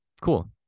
cool